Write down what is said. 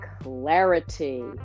clarity